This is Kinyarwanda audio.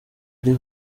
ari